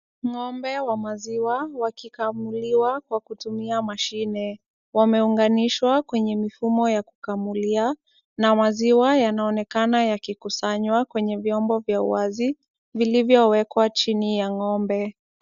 Ng'ombe wa maziwa wakikamuliwa kwa kutumia mashine. Wameunganishwa kwenye mfumo ya kukamulia na maziwa yanaonekana yakikusanywa kwenye vyombo vya wazi vilivyowekwa chini ya ng'ombe.